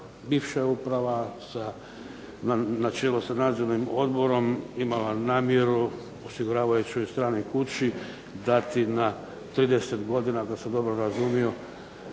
bivša uprava sa, na čelu sa nadzornim odborom imala namjeru u osiguravajućoj stranoj kući dati na 30 godina, da se dobro razumio